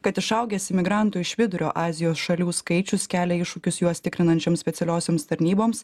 kad išaugęs imigrantų iš vidurio azijos šalių skaičius kelia iššūkius juos tikrinančioms specialiosioms tarnyboms